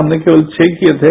हमने केवल छह किए थे